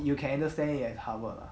you can understand it at harvard lah